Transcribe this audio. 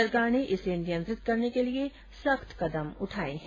सरकार ने इसे नियंत्रित करने के लिए सख्त कदम उठाये है